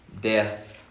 death